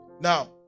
Now